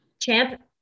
champ